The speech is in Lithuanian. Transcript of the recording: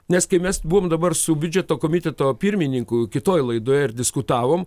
nes kai mes buvom dabar su biudžeto komiteto pirmininku kitoj laidoje ir diskutavome